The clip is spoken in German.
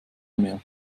mehr